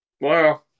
Wow